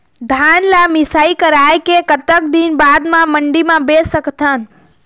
धान ला मिसाई कराए के कतक दिन बाद मा मंडी मा बेच सकथन?